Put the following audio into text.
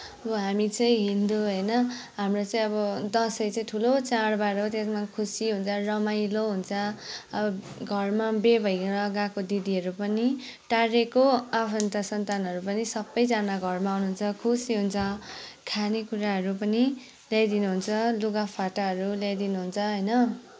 अब हामी चाहिँ हिन्दू होइन हाम्रो चाहिँ अब दसैँ चाहिँ ठुलो चाडबाड हो त्यसमा खुसी हुन्छ रमाइलो हुन्छ अब घरमा बिहे भइकन गएको दिदीहरू पनि टाढिएको आफन्त सन्तानहरू पनि सबैजना घरमा आउनुहुन्छ खुसी हुन्छ खानेकुराहरू पनि ल्याइदिनुहुन्छ लुगाफाटाहरू ल्याइदिनुहुन्छ होइन